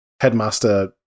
Headmaster